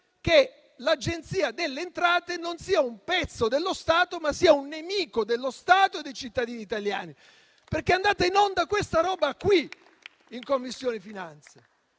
che l'Agenzia delle entrate sia non un pezzo dello Stato, ma un nemico dello Stato e dei cittadini italiani. È andata in onda questa roba in Commissione finanze.